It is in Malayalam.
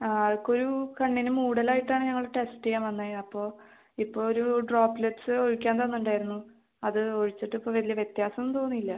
ആൾക്കൊരു കണ്ണിന് മൂടലായിട്ടാണ് ഞങ്ങൾ ടെസ്റ്റ് ചെയ്യാൻ വന്നത് അപ്പോൾ ഇപ്പോൾ ഒരു ഡ്രോപ്ലെറ്റ്സ് ഒഴിക്കാൻ തന്നിട്ടുണ്ടായിരുന്നു അത് ഒഴിച്ചിട്ടിപ്പോൾ വലിയ വ്യത്യാസം തോന്നിയില്ല